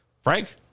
Frank